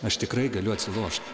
aš tikrai galiu atsilošti